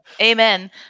amen